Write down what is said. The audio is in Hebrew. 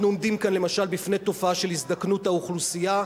אנחנו עומדים כאן למשל בפני תופעה של הזדקנות האוכלוסייה,